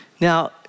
Now